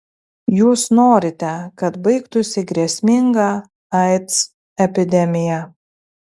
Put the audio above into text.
jūs norite kad baigtųsi grėsminga aids epidemija